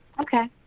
okay